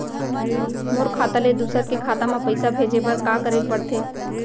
मोर खाता ले दूसर के खाता म पइसा भेजे बर का करेल पढ़थे?